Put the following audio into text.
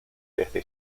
desde